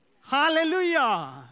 Hallelujah